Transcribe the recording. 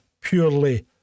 purely